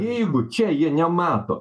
jeigu čia jie nemato